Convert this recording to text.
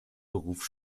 beruf